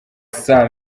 saa